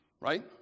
Right